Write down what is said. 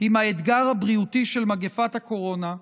עם האתגר הבריאותי של מגפת הקורונה,